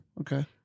Okay